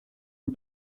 une